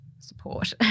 Support